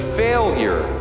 failure